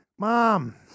Mom